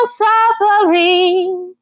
suffering